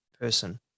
person